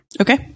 Okay